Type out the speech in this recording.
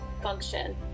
function